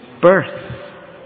birth